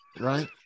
right